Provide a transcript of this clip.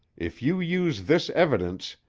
if you use this evidence,